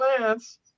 Lance